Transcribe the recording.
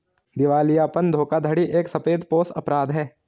दिवालियापन धोखाधड़ी एक सफेदपोश अपराध है